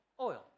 Oil